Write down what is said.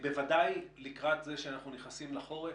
בוודאי, לקראת זה שאנחנו נכנסים לחורף,